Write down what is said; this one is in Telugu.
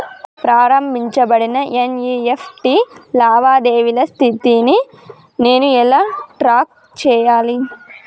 ప్రారంభించబడిన ఎన్.ఇ.ఎఫ్.టి లావాదేవీల స్థితిని నేను ఎలా ట్రాక్ చేయాలి?